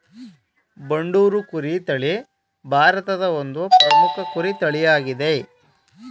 ಬಂಡೂರು ಕುರಿ ತಳಿ ಭಾರತದ ಒಂದು ಪ್ರಮುಖ ಕುರಿ ತಳಿಯಾಗಿದೆ